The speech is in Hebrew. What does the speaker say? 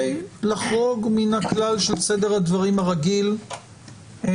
לחרוג מן הכלל של סדר הדברים הרגיל בהליך.